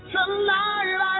Tonight